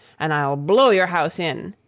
and i'll blow your house in!